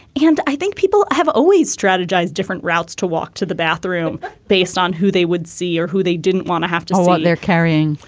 and i think people have always strategized different routes to walk to the bathroom based on who they would see or who they didn't want to have to hear what they're carrying.